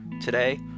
today